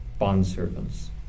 bondservants